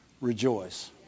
rejoice